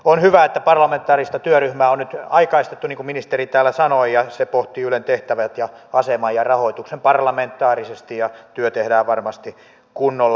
on hyvä että parlamentaarista työryhmää on nyt aikaistettu niin kuin ministeri täällä sanoi ja se pohtii ylen tehtävät ja aseman ja rahoituksen parlamentaarisesti ja työ tehdään varmasti kunnolla